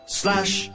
slash